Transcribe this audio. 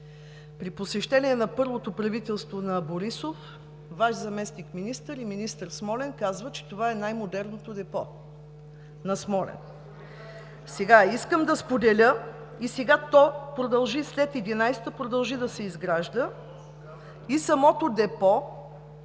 При посещение на първото правителство на Борисов Ваш заместник-министър и министър в Смолян казват, че това е най-модерното депо – на Смолян! Искам да споделя – и сега, след 2011 г., продължи да се изгражда и самото депо